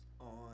on